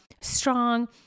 strong